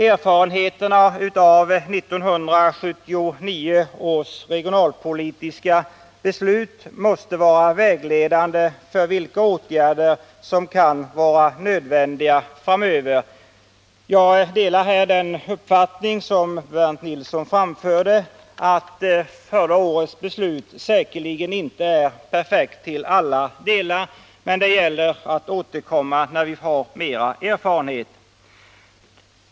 Erfarenheterna av 1979 års regionalpolitiska beslut måste vara vägledande för vilka åtgärder som kan vara nödvändiga framöver. Jag delar här Bernt Nilssons uppfattning att förra årets beslut säkerligen inte är perfekt till alla delar. Det gäller emellertid att återkomma sedan vi fått ytterligare erfarenheter.